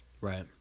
right